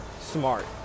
smart